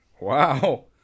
Wow